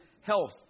health